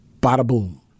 bada-boom